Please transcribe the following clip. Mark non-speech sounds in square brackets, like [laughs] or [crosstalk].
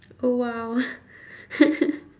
oh !wow! [laughs]